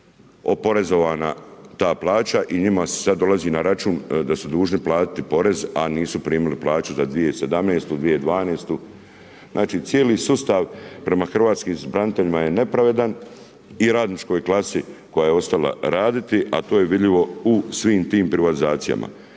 oporezovana ta plaća i njima se sada dolazi na račun, da su dužni platiti porez, a nisu primili plaću za 2017., 2012. znači cijeli sustav prema hrvatskim braniteljima je nepravedan i radničkoj klasi koja je ostala raditi, a to je vidljivo u svim tim privatizacijama.